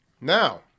now